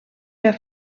der